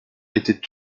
étaient